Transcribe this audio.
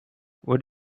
what